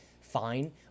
fine